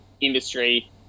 industry